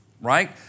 right